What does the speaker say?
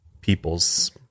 people's